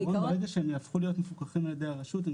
בעיקרון ברגע שהם יהפכו להיות מפוקחים על ידי הרשות הם